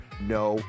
No